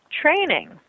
training